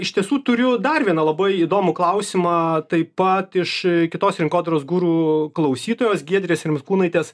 iš tiesų turiu dar vieną labai įdomų klausimą taip pat iš kitos rinkodaros guru klausytojos giedrės rimkūnaitės